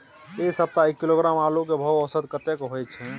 ऐ सप्ताह एक किलोग्राम आलू के भाव औसत कतेक होय छै?